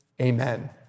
amen